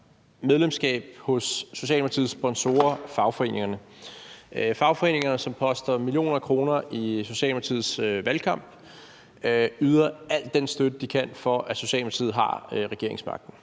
medlemskab hos Socialdemokratiets sponsorer, fagforeningerne; fagforeningerne, som poster millioner af kroner i Socialdemokratiets valgkamp, yder al den støtte, de kan, for at Socialdemokratiet har regeringsmagten.